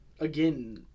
again